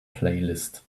playlist